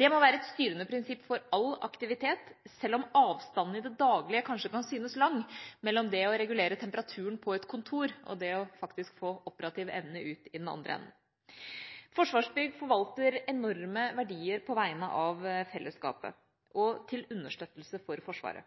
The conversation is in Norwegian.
Det må være et styrende prinsipp for all aktivitet, selv om avstanden i det daglige kanskje kan syns lang mellom det å regulere temperaturen på et kontor og det å få operativ evne ut i den andre enden. Forsvarsbygg forvalter enorme verdier på vegne av fellesskapet og til understøttelse for Forsvaret.